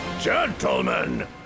Gentlemen